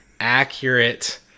accurate